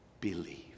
believe